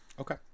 Okay